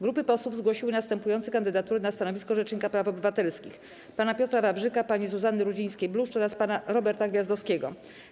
Grupy posłów zgłosiły następujące kandydatury na stanowisko rzecznika praw obywatelskich: pana Piotra Wawrzyka, pani Zuzanny Rudzińskiej-Bluszcz oraz pana Roberta Gwiazdowskiego.